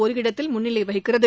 ஒரு இடத்தில் முன்னிலை வகிக்கிறது